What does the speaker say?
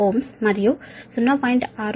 0195Ω మరియు 0